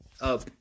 up